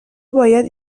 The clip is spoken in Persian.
باید